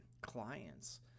clients